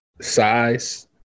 size